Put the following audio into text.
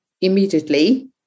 immediately